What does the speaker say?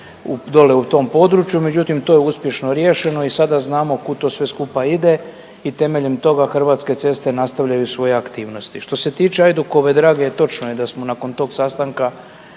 dole u tom području, međutim to je uspješno riješeno i sada znamo kud to sve skupa ide i temeljem toga Hrvatske ceste nastavljaju svoje aktivnosti. Što se tiče Ajdukove drage točno je da smo nakon tog sastanka